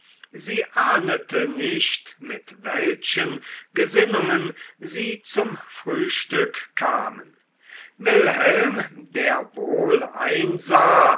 sie ahnete nicht mit welchen gesinnungen sie zum frühstück kamen wilhelm der wohl einsah